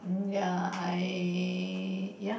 ya I ya